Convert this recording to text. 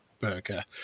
burger